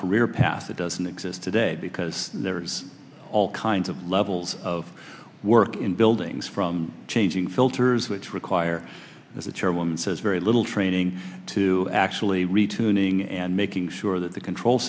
career path that doesn't exist today because there's all kinds of levels of work in buildings from changing filters which require the charwoman says very little training to actually retuning and making sure that the control